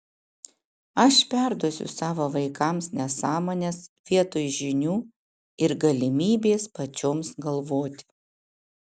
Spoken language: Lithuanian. aš perduosiu savo vaikams nesąmones vietoj žinių ir galimybės pačioms galvoti